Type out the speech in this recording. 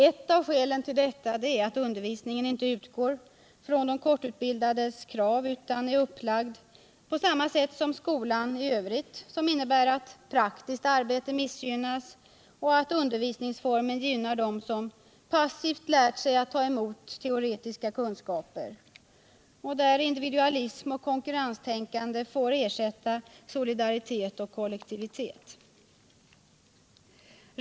Ett av skälen härtill är att undervisningen inte utgår från de kort utbildades krav utan är upplagd på samma sätt som skolan i övrigt, vilket innebär att praktiskt arbete missgynnas och att undervisningsformen gynnar dem som passivt lärt sig att ta emot teoretiska kunskaper, att individualism och konkurrenstänkande får ersätta solidaritet och kollektivitet.